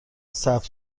ثبت